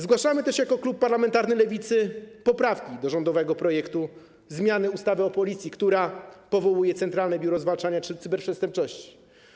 Zgłaszamy też jako klub parlamentarny Lewicy poprawki do rządowego projektu zmiany ustawy o Policji, w którym powołuje się Centralne Biuro Zwalczania Cyberprzestępczości.